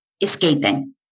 escaping